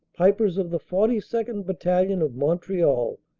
pipers of the forty second. battalion, of montreal,